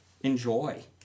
Enjoy